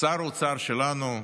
שר האוצר שלנו,